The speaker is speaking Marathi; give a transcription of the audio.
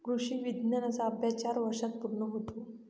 कृषी विज्ञानाचा अभ्यास चार वर्षांत पूर्ण होतो